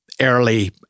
early